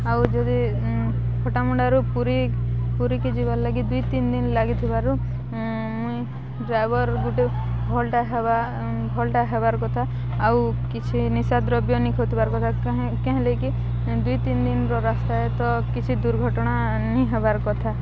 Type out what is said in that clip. ଆଉ ଯଦି ଫଟାମୁଣ୍ଡାରୁ ପୁରୀ ପୁରୀକି ଯିବାର୍ ଲାଗି ଦୁଇ ତିନି ଦିନ ଲାଗିଥିବାରୁ ମୁଇଁ ଡ୍ରାଇଭର୍ ଗୁଟେ ଭଲଟା ହେବା ଭଲଟା ହେବାର୍ କଥା ଆଉ କିଛି ନିଶାଦ୍ରବ୍ୟ ନେଇ ଖୋଥିବାର୍ କଥା କାହିଁଲେ କି ଦୁଇ ତିନି ଦିନର ରାସ୍ତା ତ କିଛି ଦୁର୍ଘଟଣା ନି ହେବାର କଥା